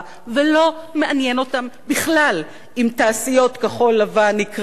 ולא מעניין אותם בכלל אם תעשיות כחול-לבן יקרסו,